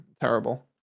terrible